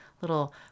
little